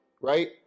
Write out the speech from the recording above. right